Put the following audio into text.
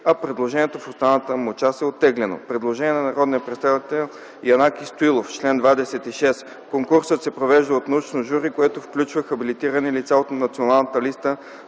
а предложението му в останалата му част е оттеглено. Предложение на народния представител Янаки Стоилов: „Член 26 се изменя така: "Чл. 26. (1) Конкурсът се провежда от научно жури, което включва хабилитирани лица от националната листа